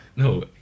No